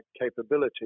capability